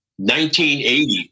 1980